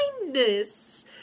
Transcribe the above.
Kindness